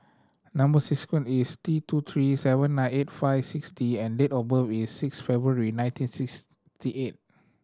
number sequence is T two three seven nine eight five six D and date of birth is six February nineteen sixty eight